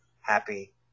happy